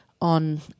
on